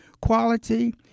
quality